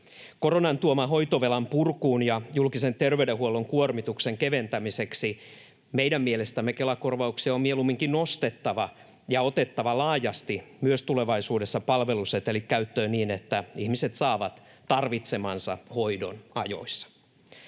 Koronan tuoman hoitovelan purkuun ja julkisen terveydenhuollon kuormituksen keventämiseksi meidän mielestämme Kela-korvauksia on mieluumminkin nostettava ja on otettava laajasti tulevaisuudessa palveluseteli käyttöön niin, että ihmiset saavat tarvitsemansa hoidon ajoissa.